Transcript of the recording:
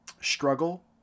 struggle